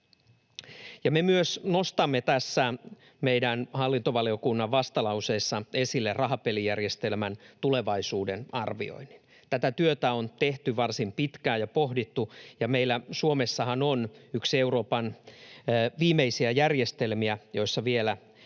me myös nostamme tässä meidän hallintovaliokunnan vastalauseessamme esille rahapelijärjestelmän tulevaisuuden arvioinnin. Tätä työtä on tehty ja pohdittu varsin pitkään. Meillä Suomessahan on yksi Euroopan viimeisiä järjestelmiä, joissa vielä jäljellä